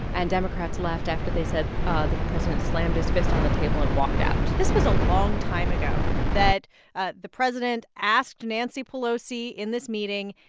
and democrats left after they said that ah the president slammed his fist on the table and walked out this was a long time ago that ah the president asked nancy pelosi in this meeting,